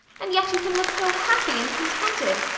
and yet you can look so happy and contented!